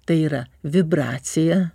tai yra vibracija